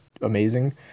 amazing